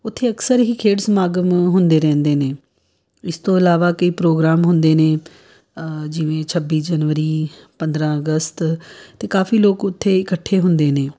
ਉੱਥੇ ਅਕਸਰ ਹੀ ਖੇਡ ਸਮਾਗਮ ਹੁੰਦੇ ਰਹਿੰਦੇ ਨੇ ਇਸ ਤੋਂ ਇਲਾਵਾ ਕਈ ਪ੍ਰੋਗਰਾਮ ਹੁੰਦੇ ਨੇ ਜਿਵੇਂ ਛੱਬੀ ਜਨਵਰੀ ਪੰਦਰਾਂ ਅਗਸਤ ਅਤੇ ਕਾਫੀ ਲੋਕ ਉੱਥੇ ਇਕੱਠੇ ਹੁੰਦੇ ਨੇ